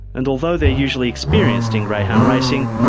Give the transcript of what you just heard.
and although they're usually experienced in greyhound racing,